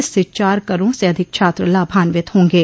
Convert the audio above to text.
इससे चार करोड़ से अधिक छात्र लाभान्वित होंगे